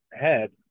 head